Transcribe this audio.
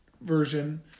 version